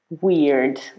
weird